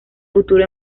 futuro